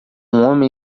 homem